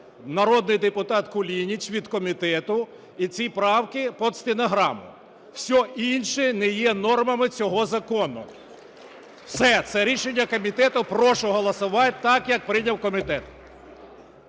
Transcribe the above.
народний депутат Кулініч від комітету і ці правки під стенограму. Все інше не є нормами цього закону. Все. Це рішення комітету. Прошу голосувати так, як прийняв комітет.